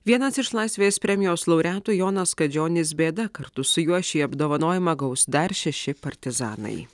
vienas iš laisvės premijos laureatų jonas kadžionis bėda kartu su juo šį apdovanojimą gaus dar šeši partizanai